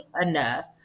enough